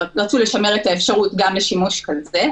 רצו לשמר את האפשרות גם לשימוש כזה,